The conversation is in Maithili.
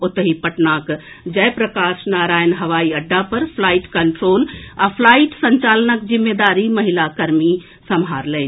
ओतहि पटनाक जय प्रकाश नारायण हवाई अड्डा पर फ्लाईट कंट्रोल आ फ्लाईट संचालनक जिम्मेदारी महिला कर्मी सम्हारलनि